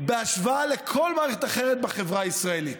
בהשוואה לכל מערכת אחרת בחברה הישראלית.